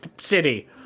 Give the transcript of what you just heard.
city